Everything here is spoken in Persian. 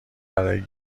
برای